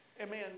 Amen